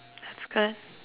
that's good